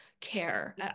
care